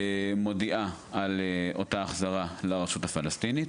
מודיעה על אותה החזרה לרשות הפלסטינית.